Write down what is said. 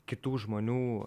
kitų žmonių